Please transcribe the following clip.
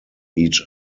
each